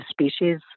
species